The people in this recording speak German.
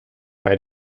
bei